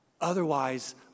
Otherwise